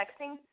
texting